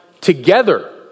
together